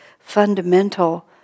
fundamental